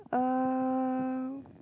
um